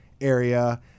area